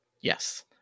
yes